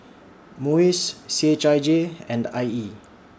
Muis C H I J and I E